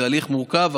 זה הליך מורכב,